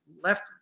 left